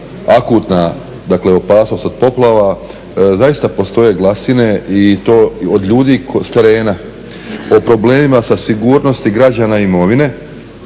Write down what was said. dakle opasnost od poplava, zaista postoje glasine i to od ljudi s terena o problemima sa sigurnosti građana i imovine